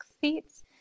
seats